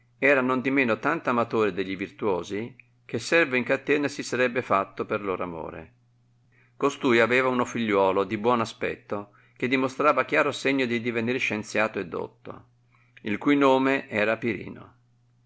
tanto amatore de gli virtuosi che servo in catena si sarebbe fatto per loro amore costui aveva uno figliuolo di buon aspetto che dimostrava chiaro segno di divenir scienziato e dotto il cui nome era pirino